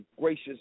gracious